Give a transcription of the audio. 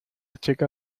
chica